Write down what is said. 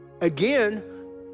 Again